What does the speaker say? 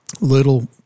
little –